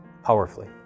powerfully